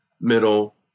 middle